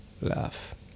laugh